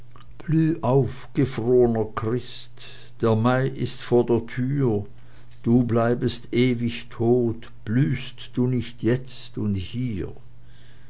gefrorner christ der mai ist vor der tür du bleibest ewig tot blühst du nicht jetzt und hier